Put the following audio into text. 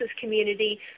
community